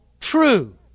true